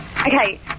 Okay